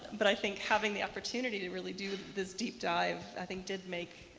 but i think having the opportunity to really do this deep dive i think did make